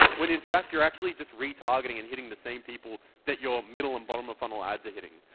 when in fact you're actually just retargeting and hitting the same people that your middle and bottom of funnel ads are hitting.